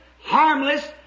harmless